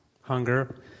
hunger